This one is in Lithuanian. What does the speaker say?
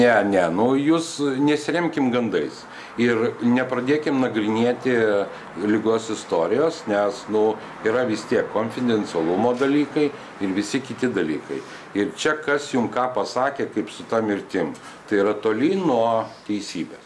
ne ne nu jūs nesiremkim gandais ir nepradėkim nagrinėti ligos istorijos nes nu yra vis tiek konfidencialumo dalykai ir visi kiti dalykai ir čia kas jum ką pasakė kaip su ta mirtim tai yra tolyn nuo teisybės